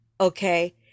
okay